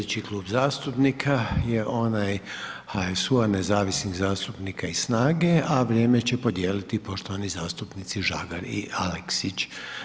Sljedeći klub zastupnika je onaj HSU-a nezavisnih zastupnika i Snaga-e, a vrijeme će podijeliti poštovani zastupnici Žagar i Aleksić.